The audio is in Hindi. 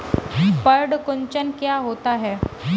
पर्ण कुंचन क्या होता है?